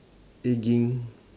ageing